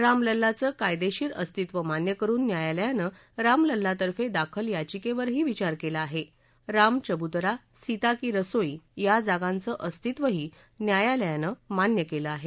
रामलल्लाचं कायदेशीर अस्तित्त्व मान्य करुन न्यायालयानं रामलल्ला तर्फे दाखल याचिकेवरही विचार केला आहे रांचबुतरा सीता की रसोई या जागांचं अस्तित्त्वही न्यायालयानं मान्य केलं आहे